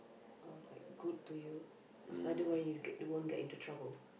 uh like good to you cause I don't want you to get won't get into trouble